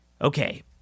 Okay